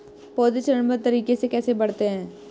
पौधे चरणबद्ध तरीके से कैसे बढ़ते हैं?